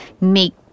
make